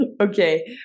Okay